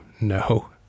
no